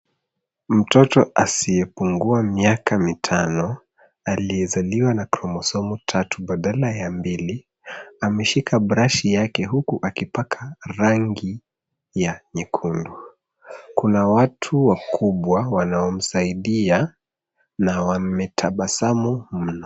Mtoto asiyepungua miaka mitano, aliyezaliwa na kromosomu tatu baadala ya mbili, ameshika brashi yake huku akipaka rangi ya nyekundu. Kuna watu wakubwa wanaomsaidia na wametabasamu mno.